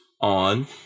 on